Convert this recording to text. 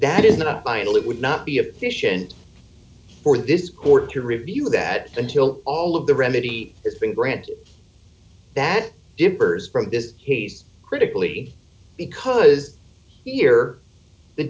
it would not be a petition for this court to review that until all of the remedy has been granted that differs from this case critically because here the